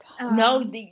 No